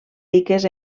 riques